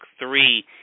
three